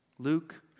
Luke